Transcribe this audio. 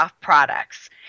products